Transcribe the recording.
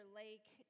lake